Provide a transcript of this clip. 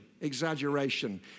exaggeration